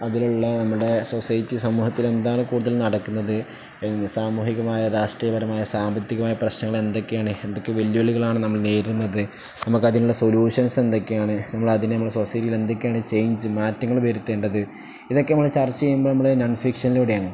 അതിലുള്ള നമ്മുടെ സൊസൈറ്റിയില് സമൂഹത്തില് എന്താണ് കൂടുതൽ നടക്കുന്നത് സാമൂഹികമായ രാഷ്ട്രീയപരമായ സാമ്പത്തികമായ പ്രശ്നങ്ങൾ എന്തൊക്കെയാണ് എന്തൊക്കെ വെല്ലുവിളികളാണ് നമ്മൾ നേരിടുന്നത് നമുക്ക് അതിനുള്ള സൊല്യൂഷൻസ് എന്തൊക്കെയാണ് നമ്മൾ അതിന് നമ്മുടെ സൊസൈറ്റിയിൽ എന്തൊക്കെയാണ് ചേഞ്ച് മാറ്റങ്ങള് വരുത്തേണ്ടത് ഇതൊക്കെ നമ്മള് ചർച്ച ചെയ്യുന്നത് നമ്മുടെ നോൺ ഫിക്ഷനിലൂടെയാണ്